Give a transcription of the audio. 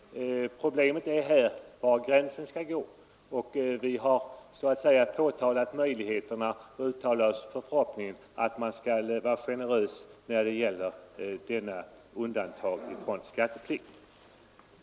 Problemet är var gränsen skall gå, och vi har pekat på möjligheterna och uttalat förhoppningen att man skall vara generös när det gäller dessa undantag från skatteplikt.